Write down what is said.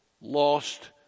lost